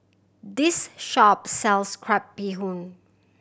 this shop sells crab bee hoon